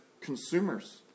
consumers